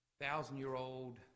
thousand-year-old